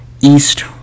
East